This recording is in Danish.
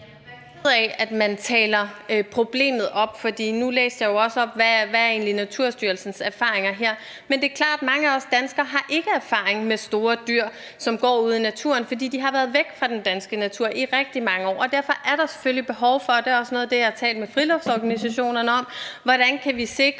Jeg vil være ked af, at man taler problemet op, for nu læste jeg jo også op, hvad Naturstyrelsens erfaringer egentlig er her. Men det er klart: Mange af os danskere har ikke erfaring med store dyr, som går ude i naturen, fordi de har været væk fra den danske natur i rigtig mange år, og derfor er der selvfølgelig behov for, at vi taler om, og det er også noget af det, jeg har talt med friluftsorganisationerne om, hvordan vi kan sikre